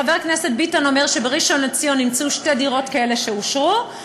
חבר הכנסת ביטן אומר שבראשון לציון אימצו שתי דירות כאלה שאושרו.